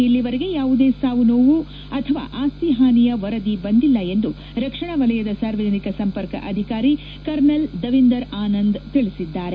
ಇಲ್ಲಿವರೆಗೆ ಯಾವುದೇ ಸಾವು ನೋವಿನ ಅಥವಾ ಅಸ್ತಿ ಹಾನಿಯ ವರದಿ ಬದಿಲ್ಲ ಎಂದು ರಕ್ಷಣಾ ವಲಯದ ಸಾರ್ವಜನಿಕ ಸಂಪರ್ಕ ಅಧಿಕಾರಿ ಕರ್ನಲ್ ದವಿಂದರ್ ಆನಂದ್ ತಿಳಿಸಿದ್ದಾರೆ